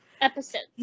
Episodes